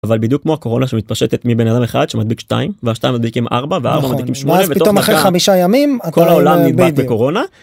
אבל בדיוק כמו הקורונה, שמתפשטת מבן אדם אחד, שמדביק שתיים, והשתיים מדביקים ארבע, -נכון. וארבע מדביקים שמונה ובתוך דקה, -ואז פתאום אחרי חמישה ימים, כל העולם... בדיוק. -כל העולם נדבק בקורונה.